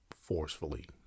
forcefully